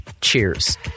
Cheers